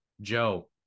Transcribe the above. Joe